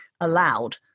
allowed